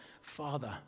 father